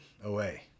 away